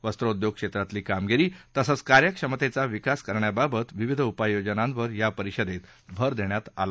वस्त्रोदयोग क्षेत्रातली कामगिरी तसंच कार्यक्षमतेचा विकास करण्याबाबत विविध उपाययोजनांवर या परिषदेत भर देण्यात आला